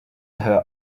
her